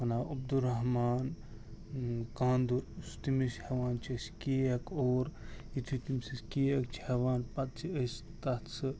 ونان عبدُالرحمان کاندُر بہِ چھُس تمِس ہٮ۪وان کیک اور یتھے تمِس أسۍ کیک چھِ ہٮ۪وان پتہٕ چھِ أسۍ تتھ سُہ